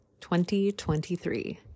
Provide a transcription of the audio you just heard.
2023